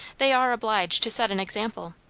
they are obliged to set an example.